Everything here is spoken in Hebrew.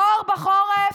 קור בחורף,